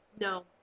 No